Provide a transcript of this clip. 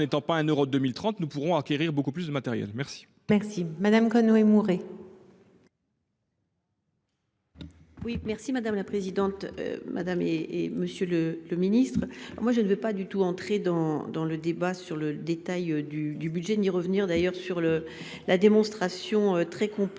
n'étant pas un euro 2030 nous pourrons acquérir beaucoup plus de matériel. Merci. Merci Madame Conway Mouret. Oui merci madame la présidente. Madame et. Et Monsieur le le ministre. Moi je ne veux pas du tout entrer dans dans le débat sur le détail du du budget n'y revenir d'ailleurs sur le la démonstration très complexe,